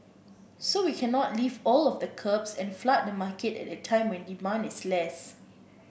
so we cannot lift all of the curbs and flood the market at a time when demand is less